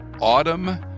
Autumn